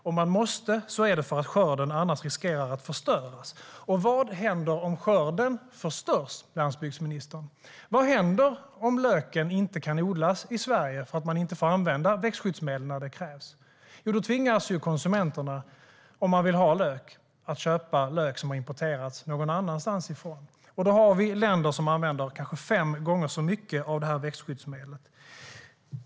Om man måste är det för att skörden annars riskerar att förstöras. Vad händer om skörden förstörs, landsbygdsministern? Vad händer om löken inte kan odlas i Sverige för att man inte får använda växtskyddsmedel när det krävs? Jo, då tvingas konsumenterna, om de vill ha lök, att köpa lök som har importerats någon annanstans ifrån. Det finns då länder som använder kanske fem gånger så mycket av det här växtskyddsmedlet.